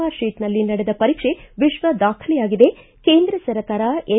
R ಶೀಟ್ನಲ್ಲಿ ನಡೆದ ಪರೀಕ್ಷೆ ವಿಶ್ವ ದಾಖಲೆಯಾಗಿದೆ ಕೇಂದ್ರ ಸರ್ಕಾರ ಎನ್